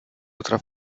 otra